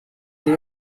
they